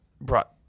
brought